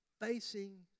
facing